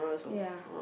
ya